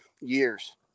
years